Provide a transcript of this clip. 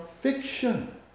fiction